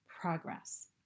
progress